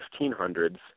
1500s